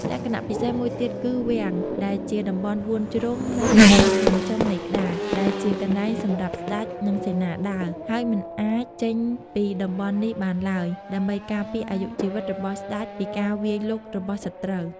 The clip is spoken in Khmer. លក្ខណៈពិសេសមួយទៀតគឺ វាំង ដែលជាតំបន់បួនជ្រុងនៅកណ្តាលខាងចុងនៃក្តារ ដែលជាកន្លែងសម្រាប់ស្តេច និងសេនាដើរ ហើយមិនអាចចេញពីតំបន់នេះបានឡើយ ដើម្បីការពារអាយុជីវិតរបស់ស្តេចពីការវាយលុករបស់សត្រូវ។